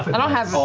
i don't have